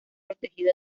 protegido